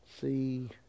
See